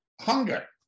hunger